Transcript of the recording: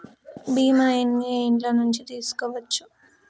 బీమా ఎన్ని ఏండ్ల నుండి తీసుకోవచ్చు?